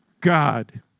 God